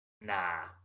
Nah